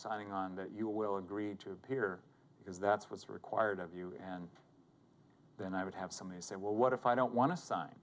signing on that you will agreed to appear because that's what's required of you and then i would have somebody say well what if i don't want to sign